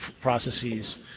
processes